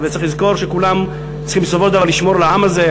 וצריך לזכור שכולם צריכים לשמור על העם הזה,